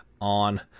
on